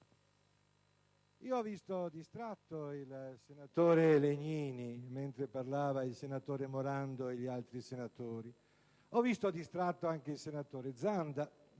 ho visto distratto il senatore Legnini mentre parlavano il senatore Morando e gli altri senatori, così come ho visto distratto il senatore Zanda.